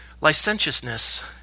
licentiousness